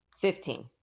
Fifteen